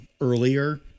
earlier